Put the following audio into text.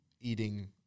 eating